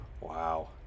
wow